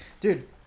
dude